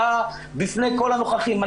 בפני כל הנוכחים,